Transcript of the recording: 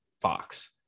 Fox